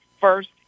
first